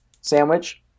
sandwich